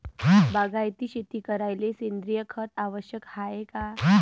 बागायती शेती करायले सेंद्रिय खत आवश्यक हाये का?